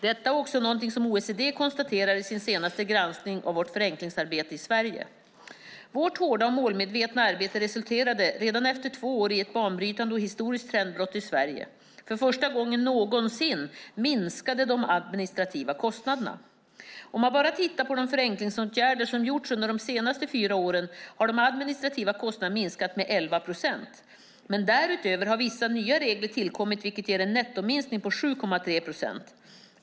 Detta är något som också OECD konstaterar i sin senaste granskning av förenklingsarbetet i Sverige. Vårt hårda och målmedvetna arbete resulterade redan efter två år i ett banbrytande och historiskt trendbrott i Sverige: För första gången någonsin minskade de administrativa kostnaderna. Om man bara tittar på de förenklingsåtgärder som gjorts under de senaste fyra åren har de administrativa kostnaderna minskat med 11 procent; men därutöver har vissa nya regler tillkommit, vilket ger en nettominskning på 7,3 procent.